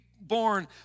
born